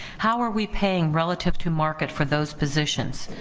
how are we paying relative to market for those positions,